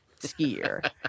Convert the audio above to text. skier